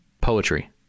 poetry